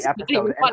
episode